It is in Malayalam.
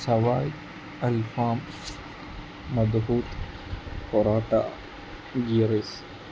സവായ അൽഫാം മദബൂത് പൊറാട്ട ഗീ റൈസ്